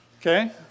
Okay